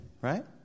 right